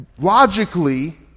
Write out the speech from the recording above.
logically